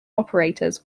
operators